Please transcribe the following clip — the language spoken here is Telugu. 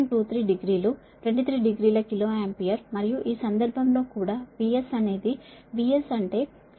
23 డిగ్రీ లు 23 డిగ్రీల కిలో ఆంపియర్ మరియు ఈ సందర్భం లో కూడా VS అనేది VS అంటే 5